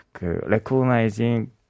Recognizing